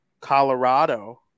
Colorado